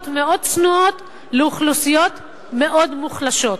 מאוד צנועות לאוכלוסיות מאוד מוחלשות.